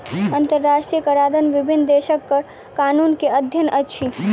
अंतरराष्ट्रीय कराधन विभिन्न देशक कर कानून के अध्ययन अछि